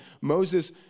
Moses